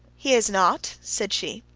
he is not, said she.